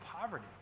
poverty